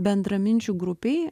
bendraminčių grupei